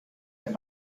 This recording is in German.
ein